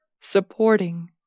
supporting